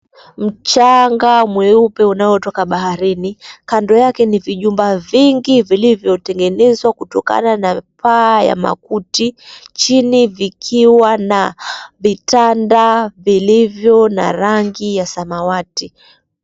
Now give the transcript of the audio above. Mchanga mweupe unaotoka baharini. Kando yake ni vijumba vingi vilivyotengenezwa kutokana na paa ya makuti. Chini vikiwa na vitanda vilivyo na rangi ya samawati.